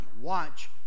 Watch